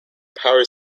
power